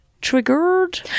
triggered